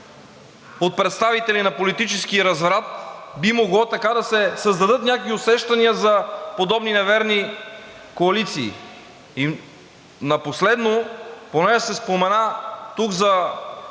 от представители на политическия разврат би могло така да се създадат някакви усещания за подобни неверни коалиции. И последно, поне се спомена тук за